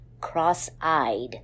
cross-eyed